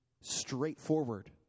straightforward